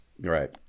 Right